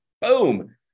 boom